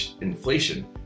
inflation